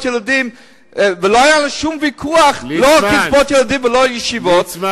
ילדים ולא היה לו שום ויכוח לא על קצבאות ילדים ולא על ישיבות.